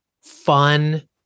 fun